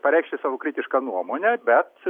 pareikšti savo kritišką nuomonę bet